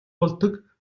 болдог